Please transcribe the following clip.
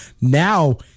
Now